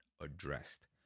addressed